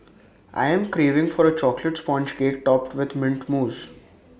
I am craving for A Chocolate Sponge Cake Topped with Mint Mousse